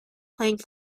playing